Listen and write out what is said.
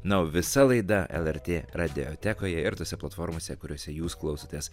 na o visa laida lrt radiotekoje ir tose platformose kuriose jūs klausotės